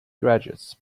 graduates